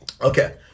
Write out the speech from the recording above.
Okay